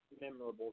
memorable